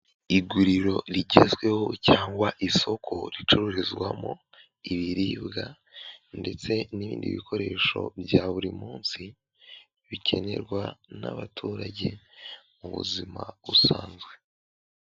Iguriro rigezweho cyangwa isoko ricururizwamo ibiribwa ndetse n'ibindi bikoresho bya buri munsi bikenerwa n'abaturage mu buzima busanzwe.